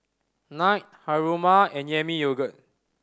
Knight Haruma and Yami Yogurt